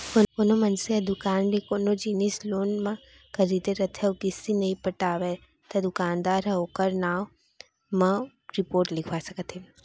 कोनो मनसे ह दुकान ले कोनो जिनिस लोन म खरीदे रथे अउ किस्ती नइ पटावय त दुकानदार ह ओखर नांव म रिपोट लिखवा सकत हे